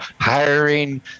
hiring